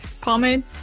pomade